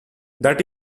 that